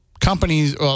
companies